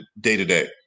day-to-day